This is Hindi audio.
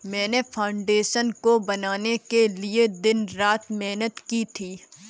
मैंने फाउंडेशन को बनाने के लिए दिन रात मेहनत की है